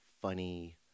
funny